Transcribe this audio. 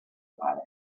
pare